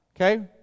Okay